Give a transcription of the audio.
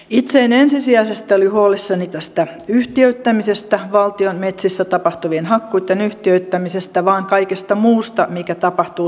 itse en ensisijaisesti ole huolissani tästä yhtiöittämisestä valtion metsissä tapahtuvien hakkuitten yhtiöittämisestä vaan kaikesta muusta mikä tapahtuu sen siivellä